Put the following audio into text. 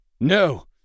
No